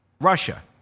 Russia